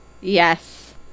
yes